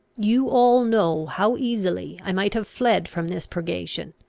you all know how easily i might have fled from this purgation.